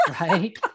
Right